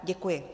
Děkuji.